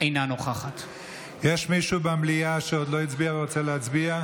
אינה נוכחת יש מישהו במליאה שעוד לא הצביע ורוצה להצביע?